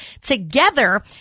together